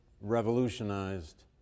revolutionized